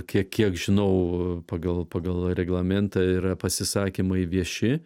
kiek kiek žinau pagal pagal reglamentą yra pasisakymai vieši